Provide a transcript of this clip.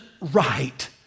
right